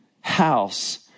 house